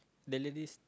the ladies